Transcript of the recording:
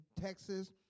Texas